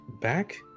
back